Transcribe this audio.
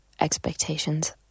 expectations